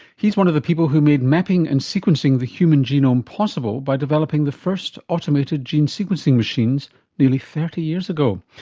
he's one of the people who made mapping and sequencing the human genome possible by developing the first automated gene sequencing machines nearly thirty years ago.